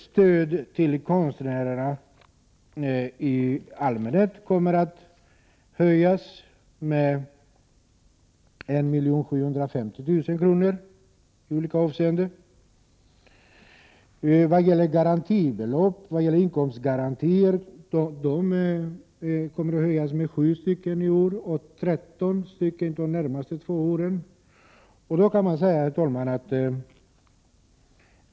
Stödet till konstnärerna i allmänhet kommer att höjas på olika punkter med sammanlagt 1 750 000 kr. Antalet inkomstgarantier kommer att höjas med 7 i år och med 13 de närmaste två åren. Herr talman!